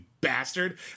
bastard